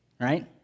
right